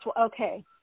okay